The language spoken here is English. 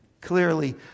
Clearly